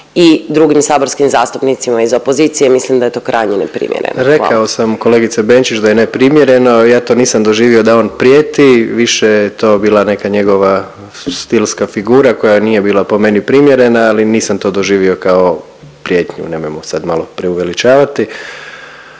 i drugim saborskim zastupnicima, iz opozicije mislim da je to krajnje neprimjereno. **Jandroković, Gordan (HDZ)** Rekao sam kolegice Benčić da je neprimjereno. Ja to nisam doživio da on prijeti, više je to bila neka njegova stilska figura koja nije bila po meni primjerena, ali nisam to doživio kao prijetnju, nemojmo sad malo preuveličavati.